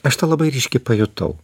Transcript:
aš tą labai ryški pajutau